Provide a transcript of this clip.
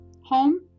home